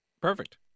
Perfect